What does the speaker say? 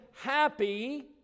happy